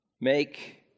Make